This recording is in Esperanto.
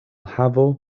havo